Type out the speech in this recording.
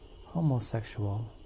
homosexual